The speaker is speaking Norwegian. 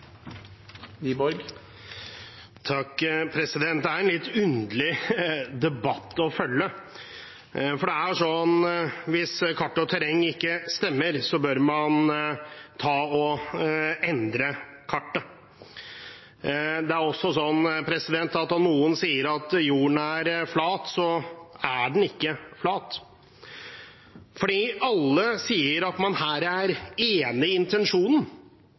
terreng ikke stemmer, bør man endre kartet. Det er også sånn at selv om noen sier at jorden er flat, er den ikke flat. Alle sier at man her er enig i intensjonen,